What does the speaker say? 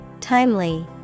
Timely